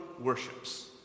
worships